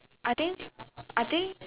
I think I think